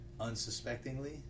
unsuspectingly